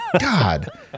God